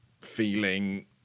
feeling